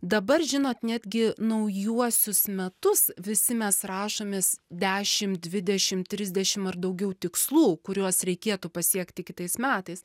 dabar žinot netgi naujuosius metus visi mes rašomės dešimt dvidešimt trisdešim ar daugiau tikslų kuriuos reikėtų pasiekti kitais metais